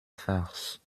farce